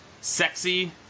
sexy